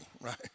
right